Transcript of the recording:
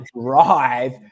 drive